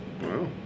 Wow